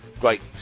Great